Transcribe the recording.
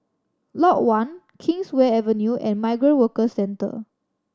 Lot One Kingswear Avenue and Migrant Workers Centre